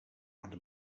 under